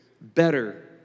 better